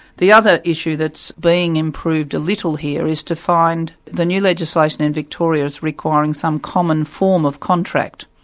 the other issue that's being improved a little here is to find the new legislation in victoria is requiring some common form of contract.